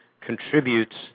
contributes –